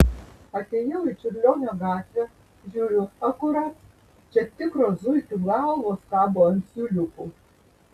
atėjau į čiurlionio gatvę žiūriu akurat čia tikros zuikių galvos kabo ant siūliukų